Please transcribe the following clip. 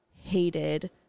hated